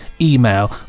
email